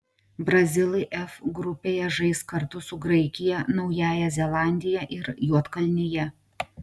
brazilai f grupėje žais kartu su graikija naująja zelandija ir juodkalnija